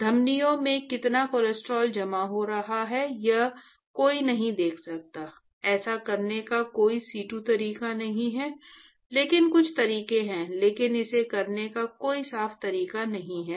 धमनियों में कितना कोलेस्ट्रॉल जमा हो रहा है यह कोई नहीं देख सकता ऐसा करने का कोई सीटू तरीका नहीं है लेकिन कुछ तरीके हैं लेकिन इसे करने का कोई साफ तरीका नहीं है